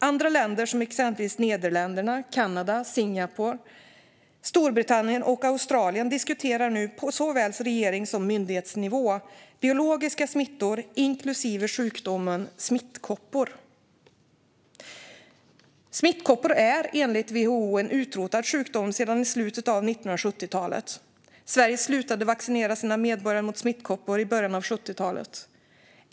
Andra länder, som exempelvis Nederländerna, Kanada, Singapore, Storbritannien och Australien, diskuterar nu på såväl regerings som myndighetsnivå biologiska smittor, inklusive sjukdomen smittkoppor. Smittkoppor är enligt WHO en utrotad sjukdom sedan i slutet av 1970-talet. Sverige slutade vaccinera sina medborgare mot smittkoppor i början av 1970-talet.